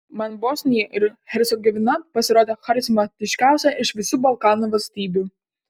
man bosnija ir hercegovina pasirodė charizmatiškiausia iš visų balkanų valstybių